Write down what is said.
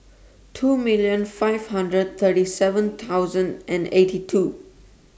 two million five hundred thirty seven thousand and eighty two